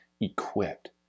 equipped